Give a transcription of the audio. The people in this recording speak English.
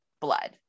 blood